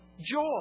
joy